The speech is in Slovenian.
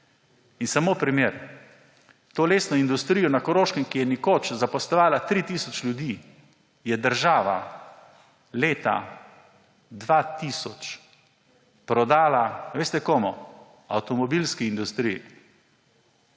In samo primer, to lesno industrijo na Koroškem, ki je nekoč zaposlovala tri tisoč ljudi, je država leta 2000 prodala. Veste, komu? Avtomobilski industriji!